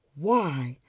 why,